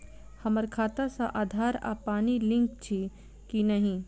हम्मर खाता सऽ आधार आ पानि लिंक अछि की नहि?